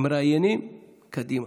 הם מראיינים, קדימה.